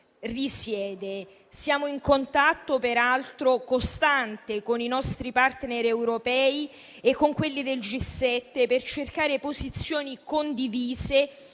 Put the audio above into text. risiede. Siamo, peraltro, in contatto costante con i nostri *partner* europei e con quelli del G7 per cercare posizioni condivise